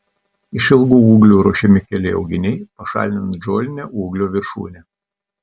iš ilgų ūglių ruošiami keli auginiai pašalinant žolinę ūglio viršūnę